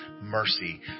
mercy